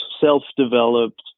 self-developed